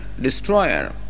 destroyer